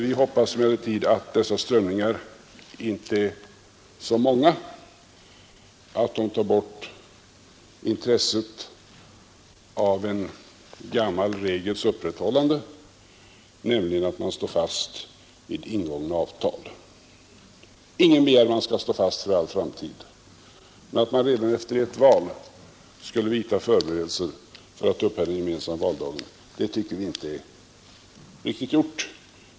Vi hoppas emellertid att dessa strömningar inte är så många att de tar bort intresset av en gammal regels upprätthållande, nämligen att man står fast vid ingångna avtal. Ingen begär att man skall stå fast för all framtid, men att man redan efter ett val skulle vidta förberedelser för att upphäva den gemensamma valdagen tycker vi inte är riktigt.